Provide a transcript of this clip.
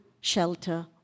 shelter